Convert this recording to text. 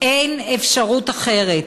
אין אפשרות אחרת.